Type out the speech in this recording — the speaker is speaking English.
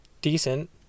decent